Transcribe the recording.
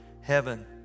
heaven